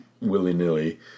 willy-nilly